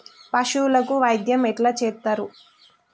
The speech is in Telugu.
పశువులకు వైద్యం ఎట్లా చేత్తరు?